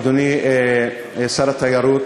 אדוני שר התיירות,